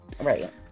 Right